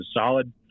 solid